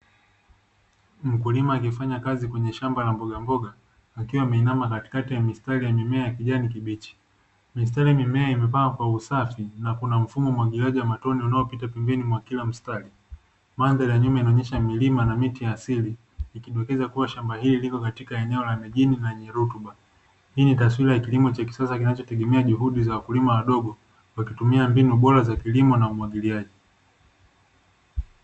Mkulima akifanya kazi kwenye shamba la mbogamboga, akiwa ameinama katikati ya mistari ya mimea ya kijani kibichi. Misitari ya mimea imepangwa kwa usafi na kuna mfumo wa umwagiliaji wa matone unao pita pembeni ya kila msitari. Maadhari ya nyuma inaonyesha milima na miti ya asili, ikidokeza kuwa shamba hili liko katikati ya mijini na lenye rutuba. Hii ni taswira ya kilimo cha kisasa kinacho tegemea juhudi za wakulima wadogo wanaotumia mbinu bora za kilimo na umwagiliaji.